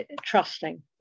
trusting